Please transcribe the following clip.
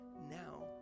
now